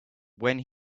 when